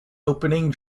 opening